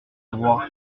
droits